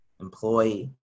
employee